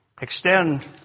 extend